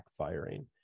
backfiring